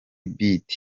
beat